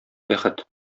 бәхет